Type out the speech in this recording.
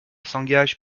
s’engage